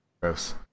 Gross